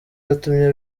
yatumye